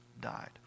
died